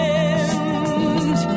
end